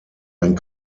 ein